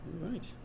right